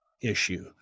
issue